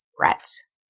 Rats